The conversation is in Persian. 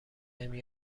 نمی